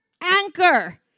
anchor